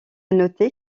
noter